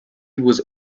was